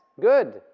good